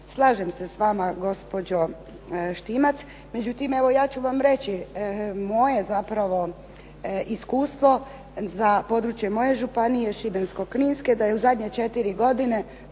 Slažem se s vama gospođo Štimac. Međutim, evo ja ću vam reći moje zapravo iskustvo za područje moje Županije šibensko-kninske da je u zadnje četiri godine